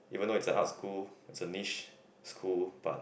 even though it's an arts school it's a niche school but